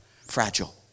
fragile